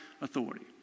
authority